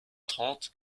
trente